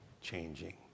changing